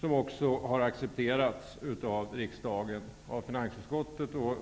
Detta förslag har accepterats av riksdagens finansutskott och